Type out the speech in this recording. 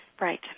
Right